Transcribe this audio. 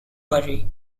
worry